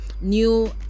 new